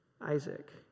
Isaac